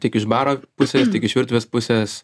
tiek iš baro pusės tiek iš virtuvės pusės